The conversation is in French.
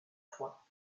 foin